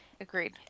Agreed